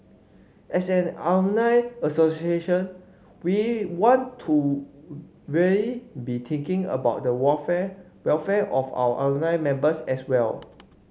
as an alumni association we want to really be thinking about the welfare welfare of our alumni members as well